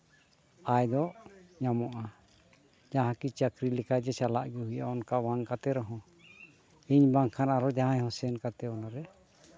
ᱟᱭ ᱫᱚ ᱧᱟᱢᱚᱜᱼᱟ ᱡᱟᱦᱟᱸ ᱠᱤ ᱪᱟᱹᱠᱨᱤ ᱞᱮᱠᱟ ᱜᱮ ᱪᱟᱞᱟᱜ ᱜᱮ ᱦᱩᱭᱩᱜᱼᱟ ᱚᱱᱠᱟ ᱵᱟᱝ ᱠᱟᱛᱮᱫ ᱨᱮᱦᱚᱸ ᱤᱧ ᱵᱟᱝᱠᱷᱟᱱ ᱟᱨᱦᱚᱸ ᱡᱟᱦᱟᱸᱭ ᱦᱚᱸ ᱥᱮᱱ ᱠᱟᱛᱮᱫ ᱚᱱᱟᱨᱮ